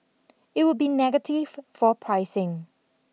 it would be negative for pricing